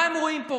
מה הם רואים פה?